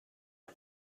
wir